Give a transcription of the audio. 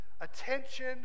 attention